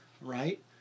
right